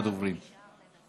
אז אנחנו לא נברך את השר,